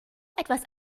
etwas